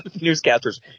newscaster's